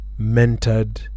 mentored